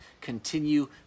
continue